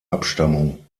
abstammung